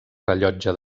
rellotge